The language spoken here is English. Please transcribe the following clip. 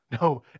No